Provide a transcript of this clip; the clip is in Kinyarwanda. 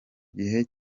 gihe